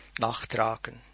nachtragen